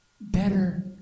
better